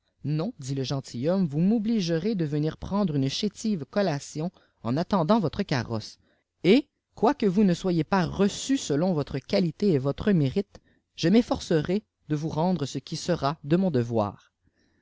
non dit le gentilhomme vous m'obligerez de venir prendre une chétive collation en attendant votre carrosse et quoique vous ne soyez pas reçue selon votre qualité et votre mérite je m'efforcerai de vous rendre ce qui era de mon devoir